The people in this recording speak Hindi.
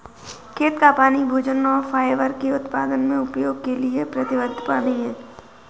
खेत का पानी भोजन और फाइबर के उत्पादन में उपयोग के लिए प्रतिबद्ध पानी है